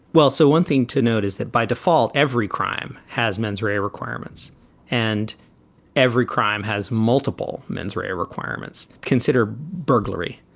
well, so one thing to note is that by default, every crime has mens rea requirements and every crime has multiple mens rea requirements considered burglary.